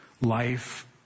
life